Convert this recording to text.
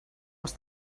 els